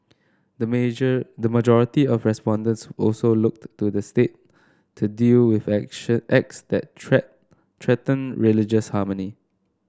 the major the majority of respondents also looked to the state to deal with action acts that threat threaten religious harmony